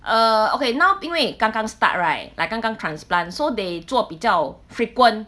uh okay now 因为刚刚 start right like 刚刚 transplant so they 做比较 frequent